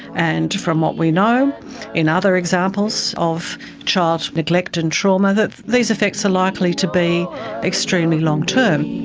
and from what we know in other examples of child neglect and trauma, that these effects are likely to be extremely long term.